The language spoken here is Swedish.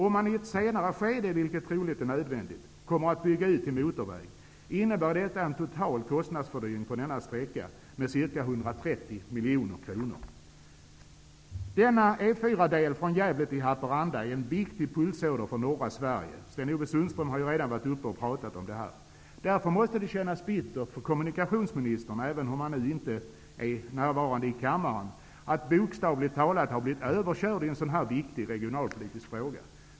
Om man i ett senare skede, vilket troligen är nödvändigt, kommer att bygga ut till motorväg, innebär detta en total kostnadsfördyrning på denna sträcka med ca Denna E 4-del från Gävle till Haparanda är en viktig pulsåder för norra Sverige. Sten-Ove Sundström har ju redan talat om det. Därför måste det kännas bittert för kommunikationsministern, även om han inte är närvarande i kammaren nu, att bokstavligt talat ha blivit överkörd i en så viktig regionalpolitisk fråga.